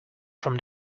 from